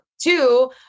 two